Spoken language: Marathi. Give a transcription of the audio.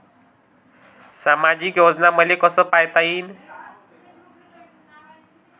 सामाजिक योजना मले कसा पायता येईन?